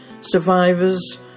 survivors